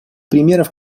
примеров